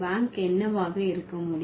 bank என்னவாக இருக்க முடியும்